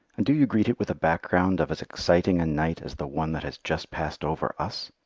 and do you greet it with a background of as exciting a night as the one that has just passed over us?